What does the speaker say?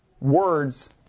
Words